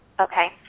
Okay